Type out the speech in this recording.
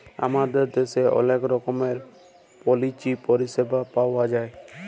আমাদের দ্যাশের অলেক রকমের পলিচি পরিছেবা পাউয়া যায়